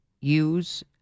use